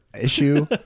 issue